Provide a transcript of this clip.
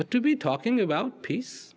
but to be talking about peace